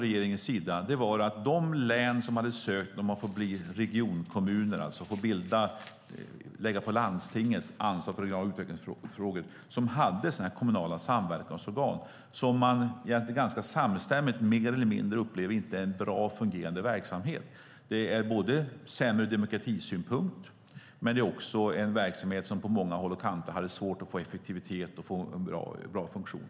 Vi tittade på de län som hade ansökt om att få bli regionkommuner - alltså om att få lägga ansvaret för regionala utvecklingsfrågor på landstinget - och som hade kommunala samverkansorgan. Man upplever ganska samstämmigt att sådana organ inte är en bra och fungerande verksamhet. De är både sämre ur demokratisynpunkt och en verksamhet som på många håll och kanter har svårt att få effektivitet och bra funktion.